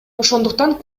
ошондуктан